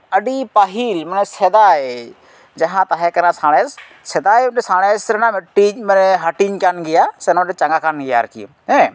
ᱟᱹᱰᱤ ᱯᱟᱹᱦᱤᱞ ᱢᱟᱱᱮ ᱥᱮᱫᱟᱭ ᱡᱟᱦᱟᱸ ᱛᱟᱦᱮᱸᱠᱟᱱᱟ ᱥᱟᱬᱮᱥ ᱥᱮᱫᱟᱭ ᱚᱱᱟ ᱥᱟᱬᱮᱥ ᱨᱮᱱᱟᱜ ᱢᱤᱫᱴᱤᱱ ᱢᱟᱱᱮ ᱦᱟᱹᱴᱤᱧ ᱠᱟᱱ ᱜᱮᱭᱟ ᱥᱮ ᱱᱚᱣᱟ ᱫᱚ ᱪᱟᱸᱜᱟ ᱠᱟᱱ ᱜᱮᱭᱟ ᱟᱨᱠᱤ ᱦᱮᱸ